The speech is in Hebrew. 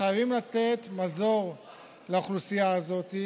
חייבים לתת מזור לאוכלוסייה הזאת,